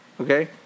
okay